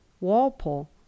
Walpole